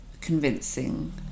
convincing